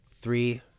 Three